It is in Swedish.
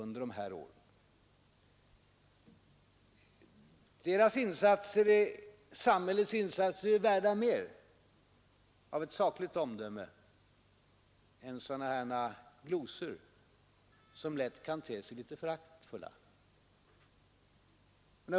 Samhällets och människornas insatser är värda ett sakligt omdöme och inte bara glosor, som lätt kan te sig litet föraktfulla.